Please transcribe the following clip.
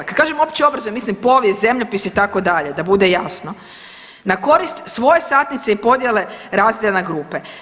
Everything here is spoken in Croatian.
Kad kažem opće obrazovnog mislim povijest, zemljopis itd. da bude jasno na korist svoje satnice i podjele razreda na grupe.